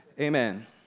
Amen